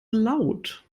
laut